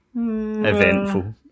eventful